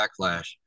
backlash